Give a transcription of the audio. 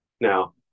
now